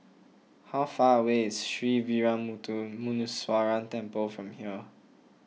how far away is Sree Veeramuthu Muneeswaran Temple from here